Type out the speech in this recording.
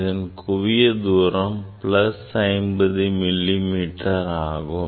அதன் குவியத் தூரம் 50 மில்லி மீட்டர் ஆகும்